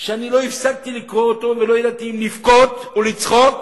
שאני לא הפסקתי לקרוא אותו ולא ידעתי אם לבכות או לצחוק,